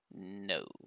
No